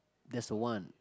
there's a one